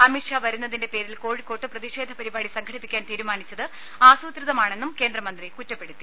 അമിത് ഷാ വരുന്നതിന്റെ പേരിൽ കോഴിക്കോട്ട് പ്രതിഷേധ പരിപാടി സംഘടിപ്പിക്കാൻ തീരുമാനിച്ചത് ആസൂത്രിതമാണെന്നും കേന്ദ്രമന്ത്രി കുറ്റപ്പെടുത്തി